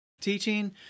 teaching